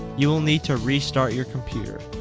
you will need to restart your computer